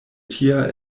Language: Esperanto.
tia